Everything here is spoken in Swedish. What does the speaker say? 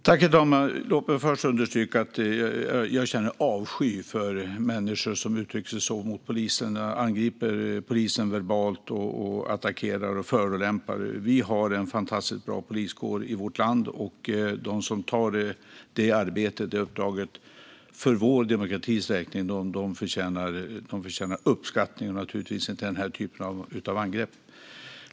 Herr talman! Låt mig först understryka att jag känner avsky för människor som uttrycker sig så mot polisen, angriper polisen verbalt, attackerar och förolämpar dem. Vi har en fantastiskt bra poliskår i vårt land. De som tar det uppdraget för vår demokratis räkning förtjänar uppskattning och naturligtvis inte den typen av angrepp.